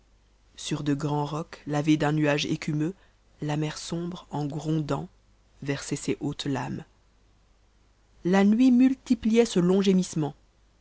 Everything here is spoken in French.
sur de grands rocs lavés d'un nuage écameux la mer sombre en grondant versai ses hautes lames la nuit multipliait ce long gémissement